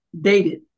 dated